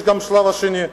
יש גם שלב שני.